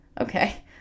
Okay